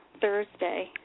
Thursday